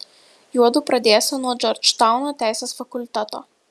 juodu pradėsią nuo džordžtauno teisės fakulteto